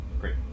Great